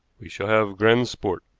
we shall have grand sport.